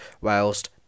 whilst